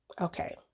Okay